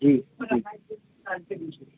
جی جی